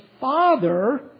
father